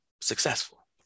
successful